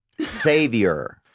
savior